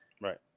Right